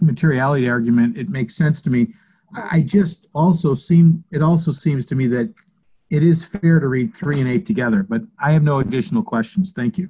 materiality argument it makes sense to me i just also seen it also seems to me that it is fair to read three meet together but i have no additional questions thank you